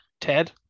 Ted